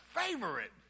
favorite